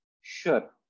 Sure